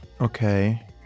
okay